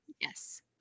Yes